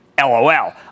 LOL